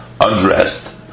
undressed